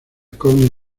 con